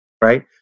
right